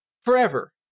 forever